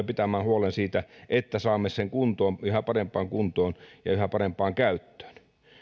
pitämään huolen siitä että saamme sen kuntoon yhä parempaan kuntoon ja yhä parempaan käyttöön